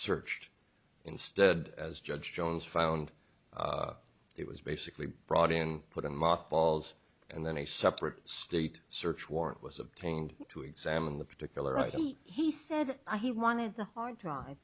searched instead as judge jones found it was basically brought in put in a mosque balls and then a separate state search warrant was obtained to examine the particular item he said he wanted the hard drive